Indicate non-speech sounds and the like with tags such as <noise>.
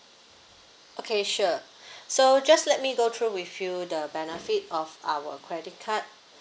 okay sure <breath> so just let me go through with you the benefit of our credit card